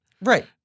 Right